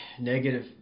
negative